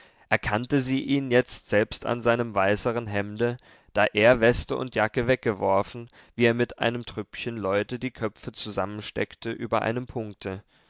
erkannte sie ihn jetzt selbst an seinem weißeren hemde da er weste und jacke weggeworfen wie er mit einem trüppchen leute die köpfe zusammensteckte über einem punkte